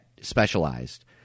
specialized